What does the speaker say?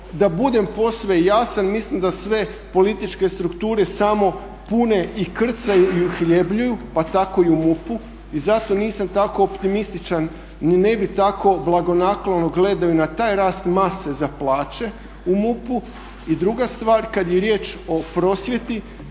da budem posve jasan mislim da sve političke strukture samo pune i krcaju i uhljebljuju pa tako i u MUP-u. I zato nisam tako optimističan ni ne bi tako blagonaklono gledao na taj rast mase za plaće u MUP-u. I druga stvar kada je riječ o prosvjeti,